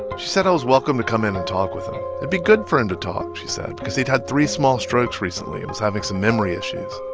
said i was welcome to come in and talk with him. it'd be good for him to talk, she said, because he'd had three small strokes recently and was having some memory issues